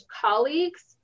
colleagues